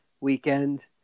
weekend